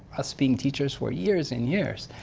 us being teachers for years and years,